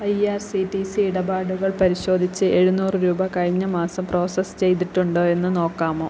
I R C T C ഇടപാടുകൾ പരിശോധിച്ച് എഴുന്നൂറ് രൂപ കഴിഞ്ഞ മാസം പ്രോസസ്സ് ചെയ്തിട്ടുണ്ടോ എന്ന് നോക്കാമോ